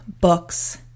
books